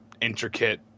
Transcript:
intricate